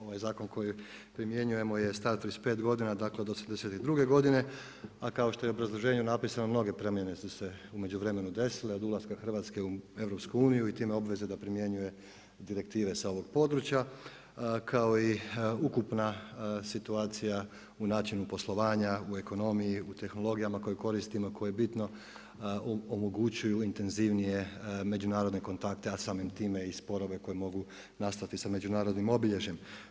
Ovaj zakon koji primjenjujemo je star 35 godina dakle od '82. godine, a kao što je u obrazloženju napisano mnoge promjene su se u međuvremenu desile od ulaska Hrvatske u EU i time obveze da primjenjuje direktive sa ovog područja kao i ukupna situacija u načinu poslovanja, u ekonomiji, u tehnologijama koje koristimo i koje bitno omogućuju intenzivnije međunarodne kontakte a samim time i sporove koji mogu nastati sa međunarodnim obilježjem.